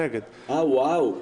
וואו.